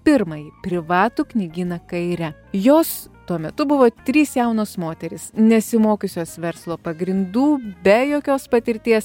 pirmąjį privatų knygyną kaire jos tuo metu buvo trys jaunos moterys nesimokiusius verslo pagrindų be jokios patirties